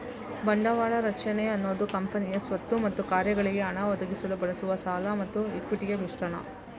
ಬಂಡವಾಳ ರಚನೆ ಅನ್ನುದು ಕಂಪನಿಯ ಸ್ವತ್ತು ಮತ್ತು ಕಾರ್ಯಗಳಿಗೆ ಹಣ ಒದಗಿಸಲು ಬಳಸುವ ಸಾಲ ಮತ್ತು ಇಕ್ವಿಟಿಯ ಮಿಶ್ರಣ